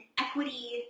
equity